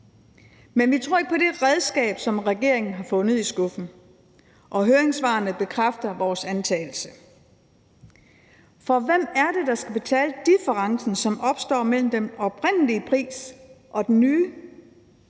Men vi tror ikke på det redskab, som regeringen har fundet i skuffen, og høringssvarene bekræfter vores antagelse. For hvem er det, der skal betale differencen, som opstår mellem den oprindelige pris og den nye?